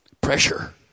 Pressure